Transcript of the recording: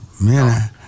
Man